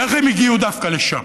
איך הם הגיעו דווקא לשם?